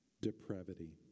depravity